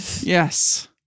Yes